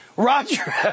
Roger